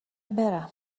برم